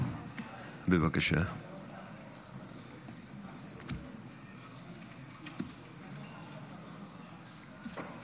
חברת הכנסת טלי